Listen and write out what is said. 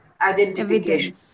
identification